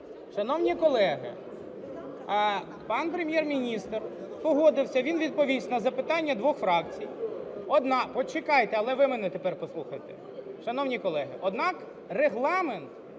Шановні колеги, пан Прем'єр-міністр погодився. Він відповість на запитання двох фракцій. Почекайте! Але ви мене тепер послухайте. Шановні колеги, однак Регламент